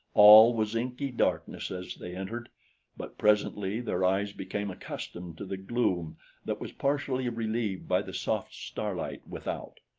all was inky darkness as they entered but presently their eyes became accustomed to the gloom that was partially relieved by the soft starlight without.